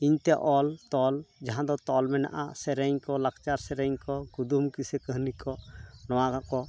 ᱤᱧ ᱛᱮ ᱚᱞ ᱛᱚᱞ ᱡᱟᱦᱟᱸ ᱫᱚ ᱛᱚᱞ ᱢᱮᱱᱟᱜᱼᱟ ᱥᱮᱨᱮᱧ ᱠᱚ ᱞᱟᱠᱪᱟᱨ ᱥᱮᱨᱮᱧ ᱠᱚ ᱠᱩᱫᱩᱢ ᱠᱤᱥᱮ ᱠᱟᱹᱦᱚᱱᱤ ᱠᱚ ᱱᱚᱣᱟ ᱠᱚ